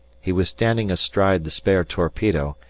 he was standing astride the spare torpedo,